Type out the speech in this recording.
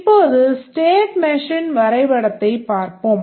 இப்போது state machine வரைபடத்தைப் பார்ப்போம்